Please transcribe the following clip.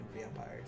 vampires